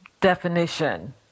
definition